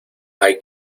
hay